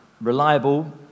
reliable